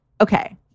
okay